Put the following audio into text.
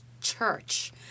church